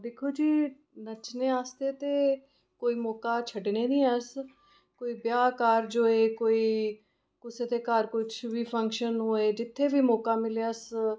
दिक्खो जी नच्चने आस्तै ते कोई मौका छड्डने नेईं अस कोई ब्याह् कार्ज होए कोई कुसै दे घर किश बी फंक्शन होए जित्थै बी मौका मिलै अस